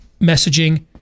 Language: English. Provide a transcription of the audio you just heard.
messaging